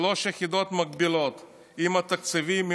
שלוש יחידות מקבילות בתקציבים,